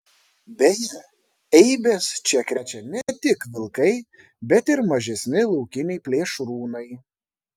beje eibes čia krečia ne tik vilkai bet ir mažesni laukiniai plėšrūnai